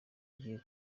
ngiye